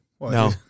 no